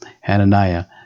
Hananiah